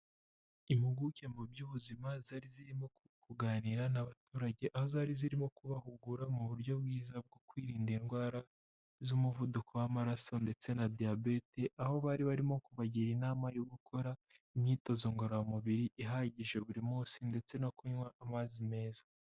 Impuguke mu by'ubuzima zari zirimo kuganira n'abaturage, aho zari zirimo kubahugura mu buryo bwiza bwo kwirinda indwara z'umuvuduko w'amaraso ndetse na diyabete, aho bari barimo kubagira inama yo gukora imyitozo ngororamubiri ihagije buri munsi ndetse no kunywa amazi meza.